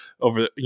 over